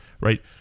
right